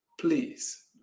please